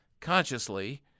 consciously